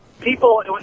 people